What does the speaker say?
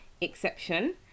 exception